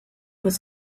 was